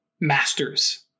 masters